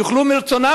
יוכלו מרצונם,